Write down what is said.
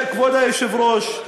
כבוד היושב-ראש,